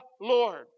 Lord